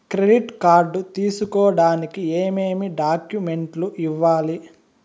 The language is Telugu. క్రెడిట్ కార్డు తీసుకోడానికి ఏమేమి డాక్యుమెంట్లు ఇవ్వాలి